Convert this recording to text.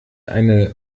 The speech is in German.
eine